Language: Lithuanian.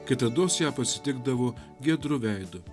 kitados ją pasitikdavo giedru veidu